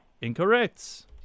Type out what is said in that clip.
Incorrect